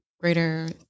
greater